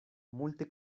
multe